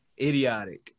Idiotic